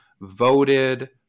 voted